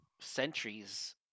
centuries